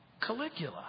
Caligula